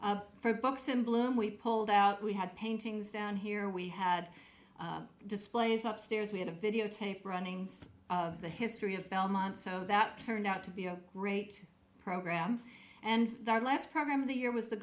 folks in bloom we pulled out we had paintings down here we had displays upstairs we had a videotape runnings of the history of belmont so that turned out to be a great program and the last program of the year was the